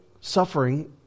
suffering